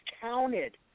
counted